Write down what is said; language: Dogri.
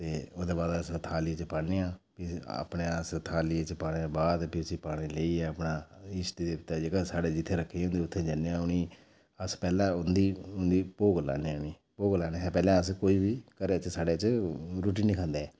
ते ओह्दे बाद अस थाली च पान्नें आं भी अपने अस थाली च पाने दे बाद भी उसी लेइयै इष्टदेवता जेह्का साढ़े जित्थै रक्खने होन्ने उत्थै जन्ने आं अस पैह्लें उ'नें ई भोग लान्ने आं उ'नें ई भोग लानें शा पैह्लें अस कोई बी घरै च साढ़े च रुट्टी निं खंदा ऐ